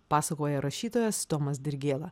pasakoja rašytojas tomas dirgėla